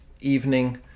evening